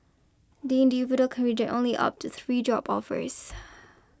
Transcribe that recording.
the individual can reject only up to three job offers